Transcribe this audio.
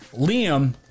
Liam